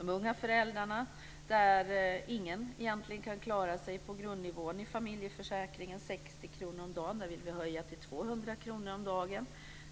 Inga unga föräldrar kan egentligen klara sig på grundnivån i familjeförsäkringen - 60 kr om dagen. Där vill vi höja till 200 kr om dagen.